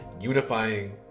unifying